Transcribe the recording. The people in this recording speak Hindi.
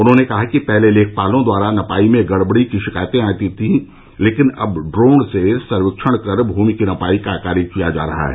उन्होंने कहा कि पहले लेखपालों द्वारा नपाई में गड़बड़ी की शिकायतें आती थीं लेकिन अब ड्रोन से सर्वेक्षण कर भूमि की नपाई का कार्य किया जा रहा है